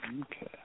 Okay